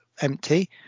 empty